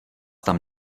tam